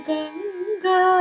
Ganga